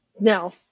No